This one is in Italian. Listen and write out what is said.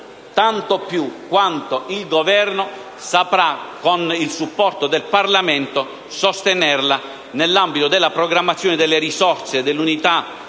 quanto più il Governo saprà, con il supporto del Parlamento, sostenerla nell'ambito della programmazione delle risorse dell'Unione